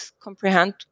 comprehend